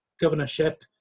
governorship